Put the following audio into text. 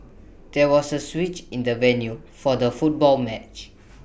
there was A switch in the venue for the football match